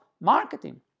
marketing